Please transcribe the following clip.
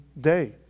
day